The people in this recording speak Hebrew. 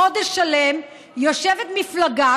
חודש שלם יושבת מפלגה,